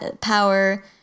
power